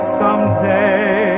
someday